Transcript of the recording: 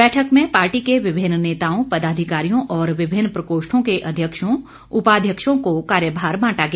बैठक में पार्टी के विभिन्न नेताओं पदाधिकारियों और विभिन्न प्रकोष्ठों के अध्यक्षों उपाध्यक्षों को कार्यभार बांटा गया